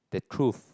the truth